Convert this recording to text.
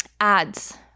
ads